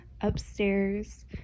Upstairs